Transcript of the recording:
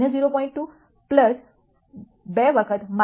2 2 વખત 0